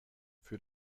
für